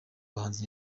bahanzi